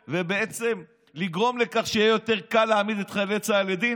ובעצם לגרום לכך שיהיה יותר קל להעמיד את חיילי צה"ל לדין?